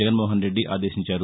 జగన్మోహన్ రెడ్లి ఆదేశించారు